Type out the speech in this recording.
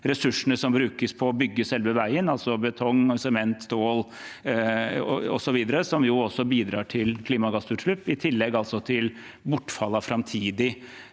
ressursene som brukes på å bygge selve veien – altså betong og sement, stål osv. – som bidrar til klimagassutslipp, i tillegg til bortfall av framtidig